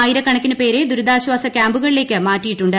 ആയിരക്കണക്കിന് പേരെ ദുരിതാശ്ചാസ ക്യാമ്പുകളിലേക്ക് മാറ്റിയിട്ടുണ്ട്